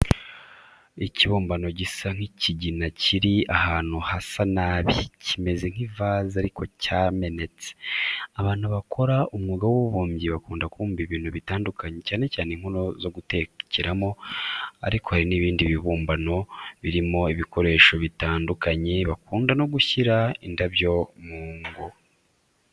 Ikibumbano gisa nk'ikigina kiri ahantu hasa nabi, kimeze nk'ikivaze ariko cyamenetse. Abantu bakora umwuga w'ububumbyi bakunda kubumba ibintu bitandukanye, cyane cyane inkono zo gutekeramo ariko hari n'ibindi babumba birimo ibikoresho bitandukanye bakunda no gushyiramo indabyo mu ngo.